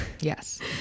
Yes